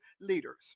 leaders